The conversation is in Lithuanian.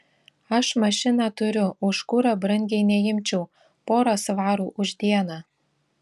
aš mašiną turiu už kurą brangiai neimčiau porą svarų už dieną